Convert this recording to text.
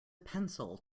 pencil